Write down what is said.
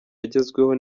yagezweho